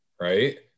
right